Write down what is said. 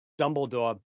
Dumbledore